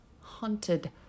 haunted